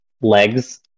legs